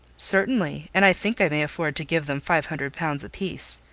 certainly and i think i may afford to give them five hundred pounds a-piece.